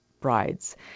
brides